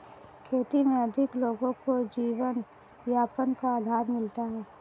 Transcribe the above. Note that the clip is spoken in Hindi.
खेती में अधिक लोगों को जीवनयापन का आधार मिलता है